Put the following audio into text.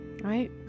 right